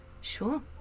Sure